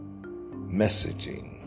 messaging